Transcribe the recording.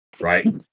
Right